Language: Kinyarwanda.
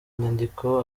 inyandiko